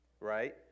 right